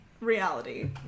reality